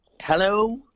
Hello